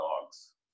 dogs